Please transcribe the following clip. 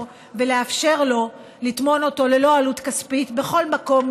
ולאפשר לטמון אותו ללא עלות כספית בכל מקום,